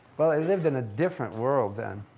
well, they lived in a different world then.